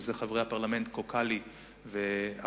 שזה חברי הפרלמנט קוקאלי ועבדאללה,